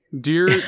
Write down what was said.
Dear